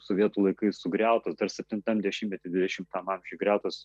sovietų laikais sugriautos dar septintam dešimtmety dvidešimtam amžiuj sugriautos